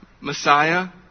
Messiah